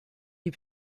die